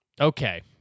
Okay